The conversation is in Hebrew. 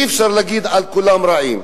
ואי-אפשר להגיד על כולם רעים.